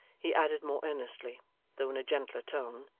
he added, more earnestly though in a gentler tone,